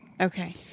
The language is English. Okay